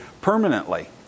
permanently